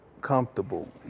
comfortable